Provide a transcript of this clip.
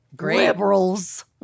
Liberals